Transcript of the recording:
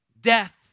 death